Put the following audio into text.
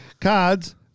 Cards